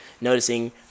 noticing